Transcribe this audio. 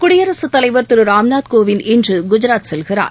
குடியரசுத் தலைவர் திரு ராம்நாத் கோவிந்த் இன்று குஜராத் செல்கிறார்